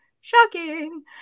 Shocking